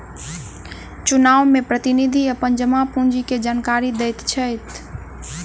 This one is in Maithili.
चुनाव में प्रतिनिधि अपन जमा पूंजी के जानकारी दैत छैथ